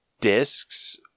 Discs